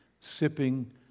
sipping